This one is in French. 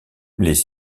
les